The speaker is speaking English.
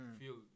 feel